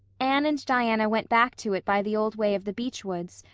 anne and diana went back to it by the old way of the beech woods,